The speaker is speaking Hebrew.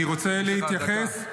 אני רוצה להתייחס.